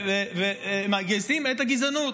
מגייסים את הגזענות.